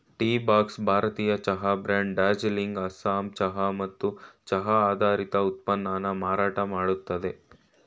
Teabox ಭಾರತೀಯ ಚಹಾ brand Darjeeling Assam ಚಹಾ ಮತ್ತು ಚಹಾ ಆಧಾರಿತ ಉತ್ಪನ್ನನ ಮಾರಾಟ ಮಾಡ್ತದೆ